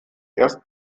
erst